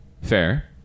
Fair